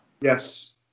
Yes